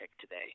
today